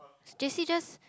J_C just